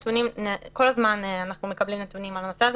כל הזמן אנחנו מקבלים נתונים על הנושא הזה